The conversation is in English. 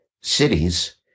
cities